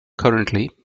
currently